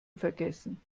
vergessen